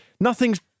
Nothing's